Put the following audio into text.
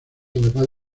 además